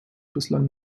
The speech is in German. bislang